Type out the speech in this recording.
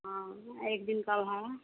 हाँ एक दिन का भाड़ा